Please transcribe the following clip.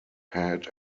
had